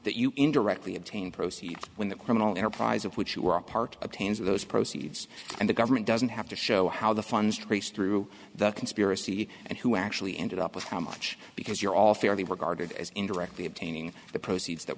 that you indirectly obtained proceeds when the criminal enterprise of which you are part attains those proceeds and the government doesn't have to show how the funds traced through the conspiracy and who actually ended up with how much because you're all fairly regarded as a directly obtaining the proceeds that